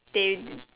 they